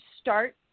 start